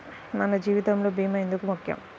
మన జీవితములో భీమా ఎందుకు ముఖ్యం?